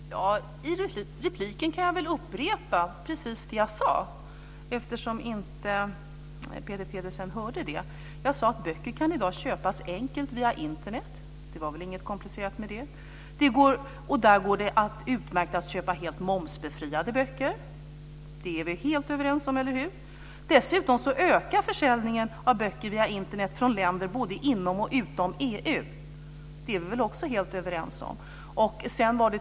Fru talman! I repliken kan jag väl upprepa precis det jag sade eftersom Peter Pedersen inte hörde. Jag sade att böcker i dag kan köpas enkelt via Internet. Det var väl inget komplicerat med det? Där går det utmärkt att köpa helt momsbefriade böcker. Det är vi helt överens om, eller hur? Dessutom ökar försäljningen av böcker via Internet från länder både inom och utom EU. Det är vi också helt överens om.